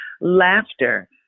laughter